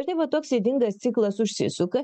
ir taip va toks ydingas ciklas užsisuka